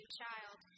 child